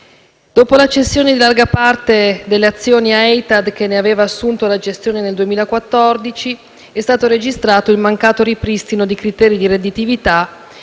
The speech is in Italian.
Dopo la cessione in larga parte delle azioni ad Etihad, che ne aveva assunto la gestione nel 2014, è stato registrato il mancato ripristino di criteri di redditività,